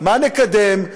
מה נקדם,